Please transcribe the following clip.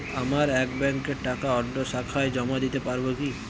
আমার এক ব্যাঙ্কের টাকা অন্য শাখায় জমা দিতে পারব কি?